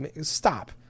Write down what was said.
stop